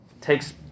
takes